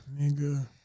Nigga